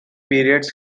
periods